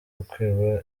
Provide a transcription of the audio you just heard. ukwiba